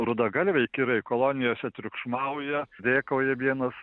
rudagalviai kirai kolonijose triukšmauja rėkauja vienas